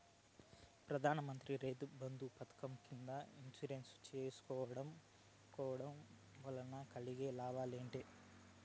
ప్రధాన మంత్రి రైతు బంధు పథకం కింద ఇన్సూరెన్సు చేయించుకోవడం కోవడం వల్ల కలిగే లాభాలు ఏంటి?